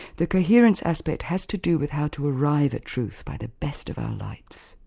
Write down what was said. the coherence aspect has to do with how to arrive at truth by the best of our lights,